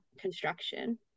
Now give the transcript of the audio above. construction